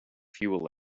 fuel